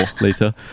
later